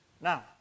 Now